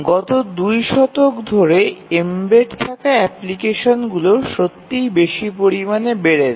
গত দুই দশক ধরে এম্বেড থাকা অ্যাপ্লিকেশনগুলি সত্যিই বেশি পরিমাণে বেড়েছে